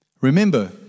Remember